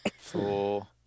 four